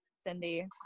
Cindy